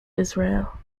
israel